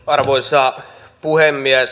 arvoisa puhemies